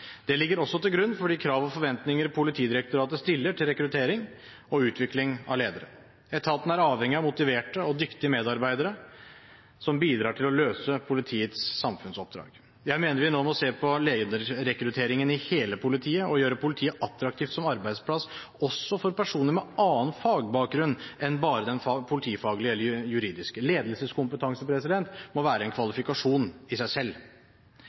Det ligger også til grunn for de krav og forventninger Politidirektoratet stiller til rekruttering og utvikling av ledere. Etaten er avhengig av motiverte og dyktige medarbeidere som bidrar til å løse politiets samfunnsoppdrag. Jeg mener vi nå må se på lederrekrutteringen i hele politiet og gjøre politiet attraktiv som arbeidsplass, også for personer med annen fagbakgrunn enn bare den politifaglige eller juridiske. Ledelseskompetanse må være en kvalifikasjon i seg selv.